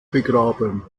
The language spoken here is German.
begraben